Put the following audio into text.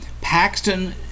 Paxton